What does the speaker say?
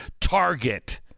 target